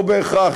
לא בהכרח.